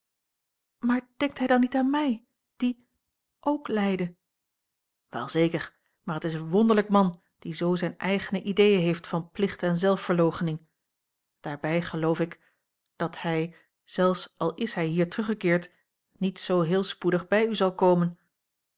maar denkt hij dan niet aan mij die ook lijde wel zeker maar het is een wonderlijk man die zoo zijne eigene ideeën heeft van plicht en zelfverloochening daarbij geloof ik dat hij zelfs al is hij hier teruggekeerd niet zoo heel spoedig bij u zal komen